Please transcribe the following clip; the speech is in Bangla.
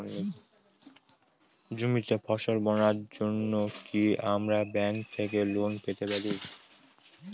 জমিতে ফসল বোনার জন্য কি আমরা ব্যঙ্ক থেকে লোন পেতে পারি?